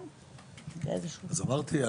אז אמרתי,